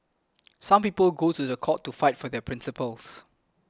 some people go to the court to fight for their principles